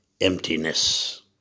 emptiness